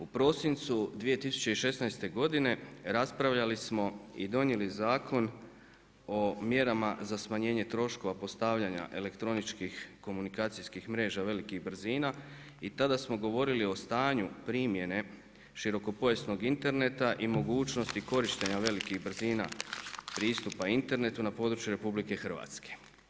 U prosincu 2016. godine raspravljali smo i donijeli Zakon o mjerama za smanjenje troškova postavljanja elektroničkih komunikacijskih mreža velikih brzina i tada smo govorili stanju primjene širokopojasnog interneta i mogućnosti korištenja velikih brzina pristupa internetu na području RH.